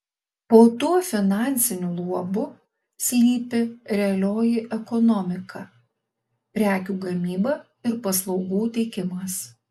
po tuo finansiniu luobu slypi realioji ekonomika prekių gamyba ir paslaugų teikimas